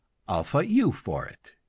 i'll fight you for it.